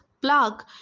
plug